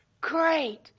great